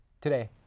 today